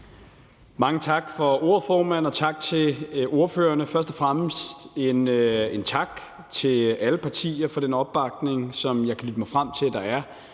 Mange tak for ordet, formand. Og tak til ordførerne. Først og fremmest en tak til alle partier for den opbakning, som jeg kan lytte mig frem til der er,